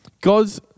God's